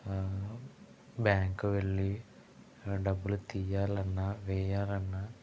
bank వెళ్ళి డబ్బులు తీయాలన్న వేయాలన్న